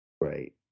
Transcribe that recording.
Right